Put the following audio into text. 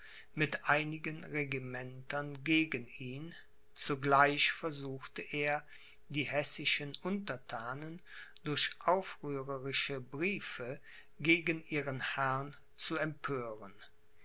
mit einigen regimentern gegen ihn zugleich versuchte er die hessischen untertanen durch aufrührerische briefe gegen ihren herrn zu empören